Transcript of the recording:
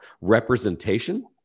representation